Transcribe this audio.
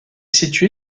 située